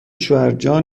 شوهرجان